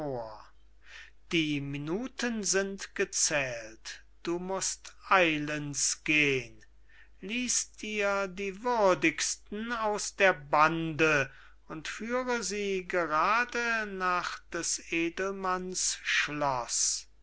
die minuten sind geweiht du must eilends gehn lies dir die würdigsten aus der bande und führe sie gerade nach des edelmanns schloß